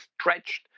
stretched